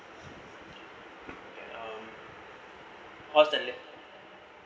what's the